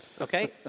Okay